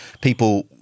people